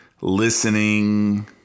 listening